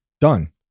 Done